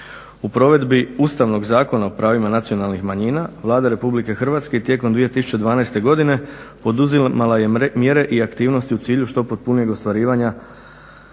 U provedbi Ustavnog zakona o pravima nacionalnih manjina Vlada Republike Hrvatske je tijekom 2012. godine poduzimala mjere i aktivnosti u cilju što potpunijeg ostvarivanja